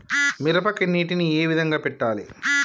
మిరపకి నీటిని ఏ విధంగా పెట్టాలి?